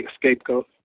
scapegoat